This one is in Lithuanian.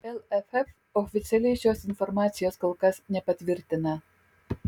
lff oficialiai šios informacijos kol kas nepatvirtina